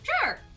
Sure